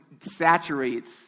saturates